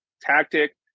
tactic